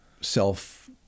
self